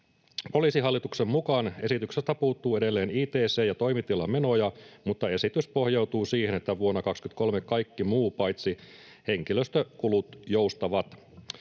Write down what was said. Poliisihallituksen mukaan esityksestä puuttuu edelleen ict- ja toimitilamenoja, mutta esitys pohjautuu siihen, että vuonna 23 kaikki muu paitsi henkilöstökulut joustavat.